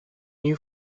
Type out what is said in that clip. you